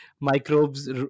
microbes